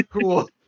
cool